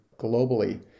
globally